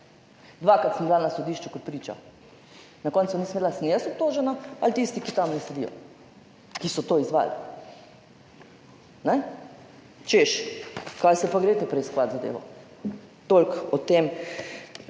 Dvakrat sem bila na sodišču kot priča, na koncu nisem vedela, ali sem jaz obtožena ali tisti, ki tam sedijo, ki so to izvajali. Češ, kaj se pa greste preiskovati zadevo. Toliko o tem.